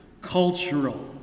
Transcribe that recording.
cultural